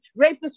rapists